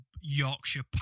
Yorkshire